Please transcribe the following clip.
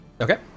Okay